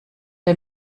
der